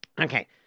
Okay